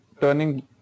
turning